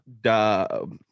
Dub